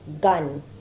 gun